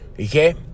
okay